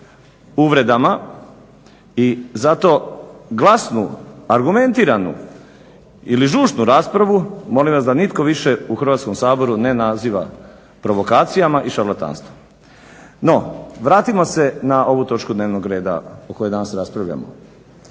uvredama i zato glasnu argumentiranu ili žučnu raspravu molim vas da nitko više u Hrvatskom saboru ne naziva provokacijama i šarlatanstvom. No, vratimo se na ovu točku dnevnog reda o kojoj danas raspravljamo.